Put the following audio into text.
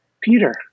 Peter